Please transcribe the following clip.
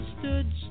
stood